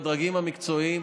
בדרגים המקצועיים,